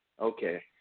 okay